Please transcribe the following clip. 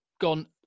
gone